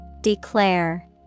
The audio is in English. Declare